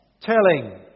telling